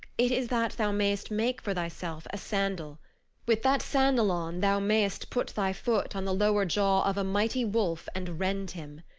it is that thou mayst make for thyself a sandal with that sandal on thou mayst put thy foot on the lower jaw of a mighty wolf and rend him.